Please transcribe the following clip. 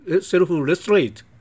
self-restraint